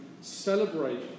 celebrate